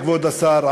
כבוד השר,